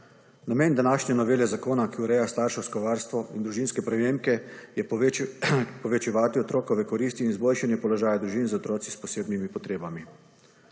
Namen današnje novele zakona, ki ureja starševsko varstvo in družinske prejemke je povečevati otrokove koristi in izboljšanje položaja družin z otroci s posebnimi potrebami.